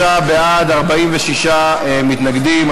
53 בעד, 46 מתנגדים.